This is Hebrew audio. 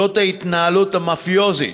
על ההתנהלות המאפיוזית,